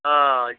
हाँ